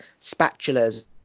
spatulas